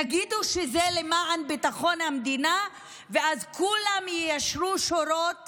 תגידו שזה למען ביטחון המדינה ואז כולם יישרו שורות